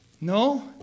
No